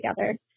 together